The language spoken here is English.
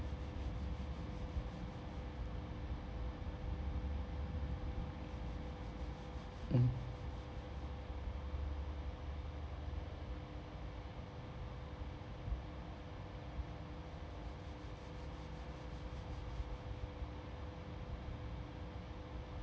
mm